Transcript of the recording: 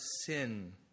sin